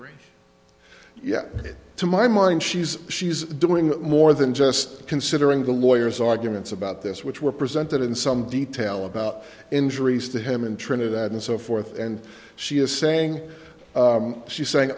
just yeah to my mind she's she's doing more than just considering the lawyers arguments about this which were presented in some detail about injuries to him in trinidad and so forth and she is saying she's saying